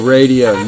Radio